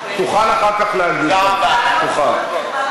תוכל אחר כך להגיב גם, תוכל.